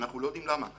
אנחנו לא יודעים למה.